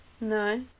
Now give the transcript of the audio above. No